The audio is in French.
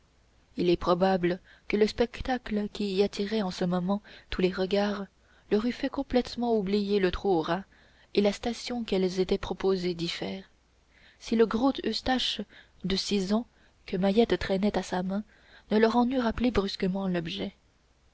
il est probable que le spectacle qui y attirait en ce moment tous les regards leur eût fait complètement oublier le trou aux rats et la station qu'elles s'étaient proposé d'y faire si le gros eustache de six ans que mahiette traînait à sa main ne leur en eût rappelé brusquement l'objet